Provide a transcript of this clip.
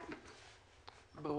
תודה